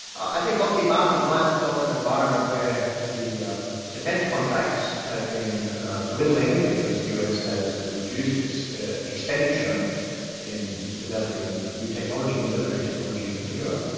i think lockheed martin finds itself in an environment where the defence contracts have been dwindling because the us has reduced its expenditure in developing new technology, military technology in particular,